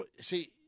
see